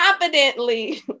confidently